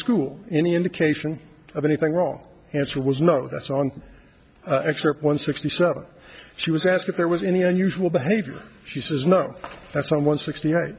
school any indication of anything wrong answer was no that's on excerpt one sixty seven she was asked if there was any unusual behavior she says no that's one sixt